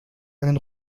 einen